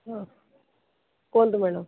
ହଁ କୁହନ୍ତୁ ମ୍ୟାଡମ୍